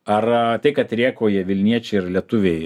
ar tai kad rėkauja vilniečiai ir lietuviai